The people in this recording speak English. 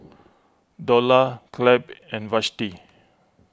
Dorla Clabe and Vashti